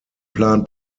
plan